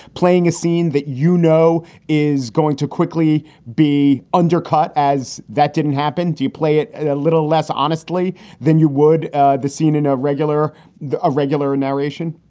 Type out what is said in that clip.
playing a scene that, you know, is going to quickly be undercut as that didn't happen. do you play it and a little less honestly than you would the scene in a regular a regular narration?